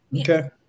Okay